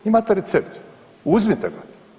Imate recept, uzmite ga.